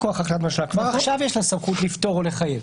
שכבר עכשיו יש לה סמכות לפטור או לחייב.